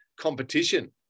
competition